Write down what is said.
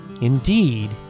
Indeed